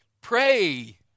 pray